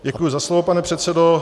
Děkuji za slovo, pane předsedo.